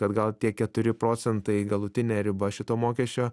kad gal tie keturi procentai galutinė riba šito mokesčio